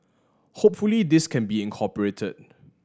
hopefully this can be incorporated